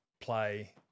play